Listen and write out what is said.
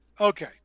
Okay